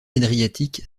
adriatique